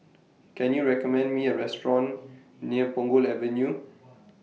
Can YOU recommend Me A Restaurant near Punggol Avenue